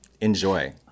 enjoy